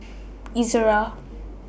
Ezerra